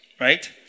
right